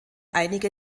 einige